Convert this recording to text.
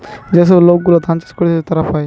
যে সব লোক গুলা ধান চাষ করতিছে তারা পায়